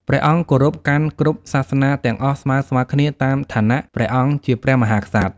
ព្រះអង្គគោរពកាន់គ្រប់សាសនាទាំងអស់ស្មើៗគ្នាតាមឋានៈព្រះអង្គជាព្រះមហាក្សត្រ ។